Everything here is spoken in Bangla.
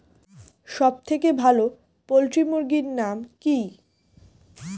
সবথেকে ভালো পোল্ট্রি মুরগির নাম কি?